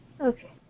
Okay